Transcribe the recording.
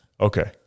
Okay